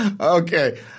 Okay